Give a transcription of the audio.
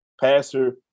passer